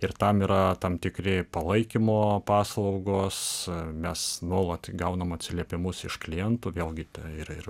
ir tam yra tam tikri palaikymo paslaugos mes nuolat gaunam atsiliepimus iš klientų vėlgi tai ir ir